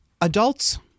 Adults